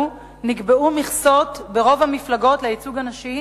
נקבעו ברוב המפלגות מכסות לייצוג הנשי,